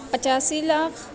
پچاسی لاکھ